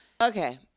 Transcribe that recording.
Okay